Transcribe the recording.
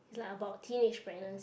is like about teenage pregnancy